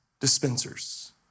dispensers